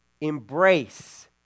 embrace